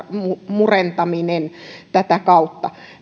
murentaminen tätä kautta